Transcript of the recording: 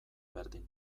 berdin